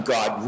God